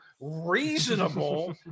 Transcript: reasonable